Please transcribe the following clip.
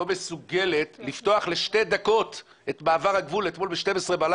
לא הייתה מסוגלת לפתוח לשתי דקות את מעבר הגבול אתמול ב-24:00.